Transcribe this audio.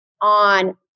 on